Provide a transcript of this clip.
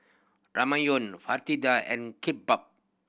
Ramyeon Fritada and Kimbap